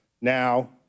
now